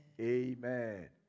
Amen